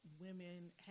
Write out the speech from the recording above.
women